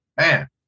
man